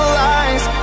lies